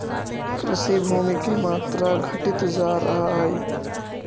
कृषिभूमि के मात्रा घटित जा रहऽ हई